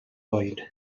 oed